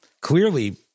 clearly